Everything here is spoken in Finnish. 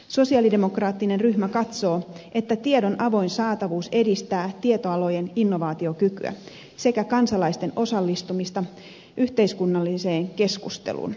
sosialidemokraattinen ryhmä katsoo että tiedon avoin saatavuus edistää tietoalojen innovaatiokykyä sekä kansalaisten osallistumista yhteiskunnalliseen keskusteluun